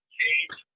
change